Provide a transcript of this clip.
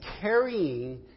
carrying